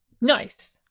Nice